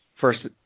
first